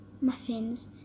Muffins